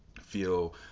feel